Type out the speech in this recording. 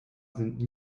sind